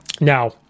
Now